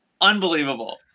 Unbelievable